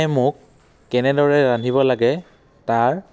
অঁ আজি ধাবাখন খোলানে বন্ধ বাৰু